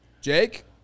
Jake